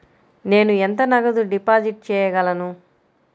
నేను ఎంత నగదు డిపాజిట్ చేయగలను?